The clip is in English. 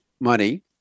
money